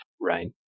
right